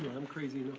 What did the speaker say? i'm crazy